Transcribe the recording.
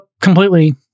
completely